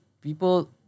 people